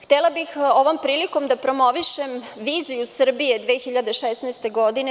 Htela bih ovom prilikom da promovišem viziju Srbije 2016. godine.